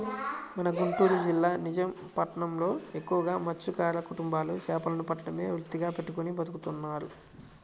మన గుంటూరు జిల్లా నిజాం పట్నంలో ఎక్కువగా మత్స్యకార కుటుంబాలు చేపలను పట్టడమే వృత్తిగా పెట్టుకుని బతుకుతున్నారు